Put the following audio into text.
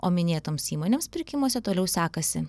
o minėtoms įmonėms pirkimuose toliau sekasi